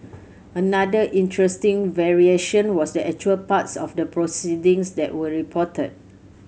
another interesting variation was actual parts of the proceedings that were reported